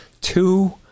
two